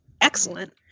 excellent